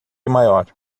maior